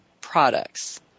products